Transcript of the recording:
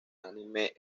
anime